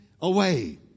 away